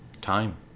time